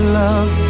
love